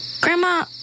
Grandma